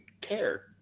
care